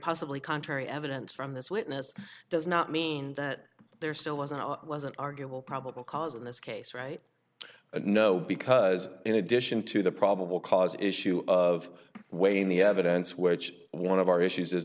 possibly contrary evidence from this witness does not mean that there still wasn't was an arguable probable cause in this case right and no because in addition to the probable cause issue of weighing the evidence which one of our issues is